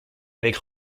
avec